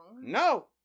No